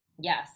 Yes